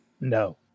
no